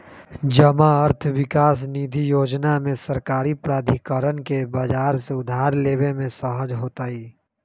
जमा अर्थ विकास निधि जोजना में सरकारी प्राधिकरण के बजार से उधार लेबे में सहज होतइ